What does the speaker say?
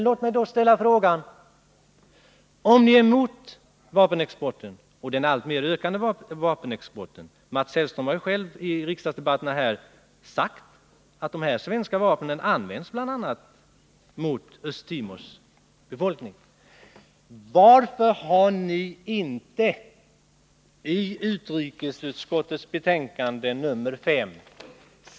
Låt mig då ställa frågan: Om ni är emot den alltmer ökande vapenexporten — Mats Hellström har själv i riksdagsdebatten sagt att de här svenska vapnen används bl.a. mot Östtimors befolkning — varför har ni då inte sagt någonting i utrikesutskottets betänkande nr 5?